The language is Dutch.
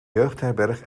jeugdherberg